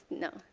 no.